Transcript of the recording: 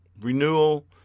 renewal